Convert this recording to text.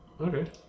Okay